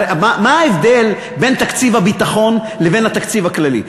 הרי מה ההבדל בין תקציב הביטחון לבין התקציב הכללי?